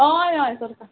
हय हय करता